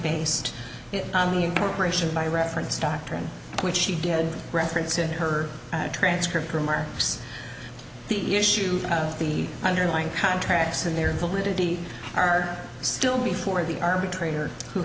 based on the incorporation by reference doctrine which she did reference in her transcript remarks the issue of the underlying contracts and they're already are still before the arbitrator who